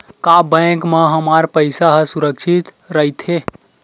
का बैंक म हमर पईसा ह सुरक्षित राइथे?